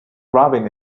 rubbing